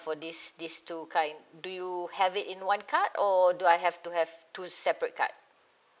for this this two kind do you have it in one card or do I have to have two separate card